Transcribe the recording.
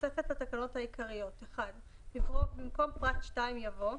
בתוספת לתקנות העיקריות, במקום פרט (2) יבוא: